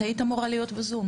את היית אמורה להיות בזום,